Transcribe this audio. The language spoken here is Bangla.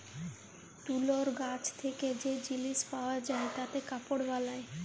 তুলর গাছ থেক্যে যে জিলিস পাওয়া যায় তাতে কাপড় বালায়